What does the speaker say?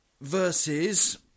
Versus